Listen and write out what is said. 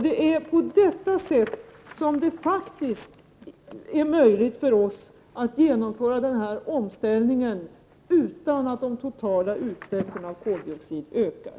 "Pet är på det sättet som det faktiskt armöjligt för 055 ätt genomföra den Om Svenska Tobaks här omställningen utan att de totala utsläppen av koldioxid ökar.